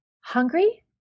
hungry